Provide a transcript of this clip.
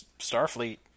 Starfleet